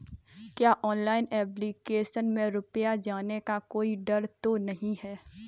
क्या online application में रुपया जाने का कोई डर तो नही है?